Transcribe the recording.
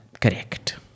Correct